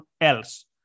else